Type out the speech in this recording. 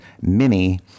mini